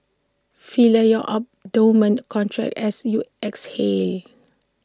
feel your abdomen contract as you exhale